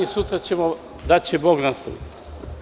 Sutra ćemo, daće Bog, nastaviti.